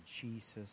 Jesus